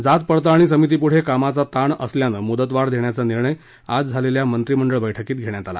जात पडताळणी समितीपुढे कामाचा ताण असल्यानं मुदतवाढ देण्याचा निर्णय आज झालेल्या मंत्रिमंडळ बैठकीत घेण्यात आला